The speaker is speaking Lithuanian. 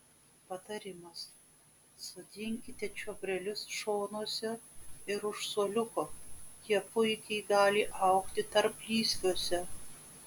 patarimas sodinkite čiobrelius šonuose ir už suoliuko jie puikiai gali augti tarplysviuose